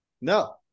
No